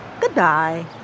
Goodbye